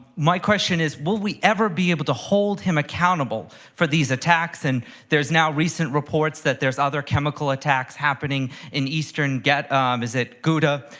my question is, will we ever be able to hold him accountable for these attacks? and there's now recent reports that there's other chemical attacks happening in eastern is it ghouta?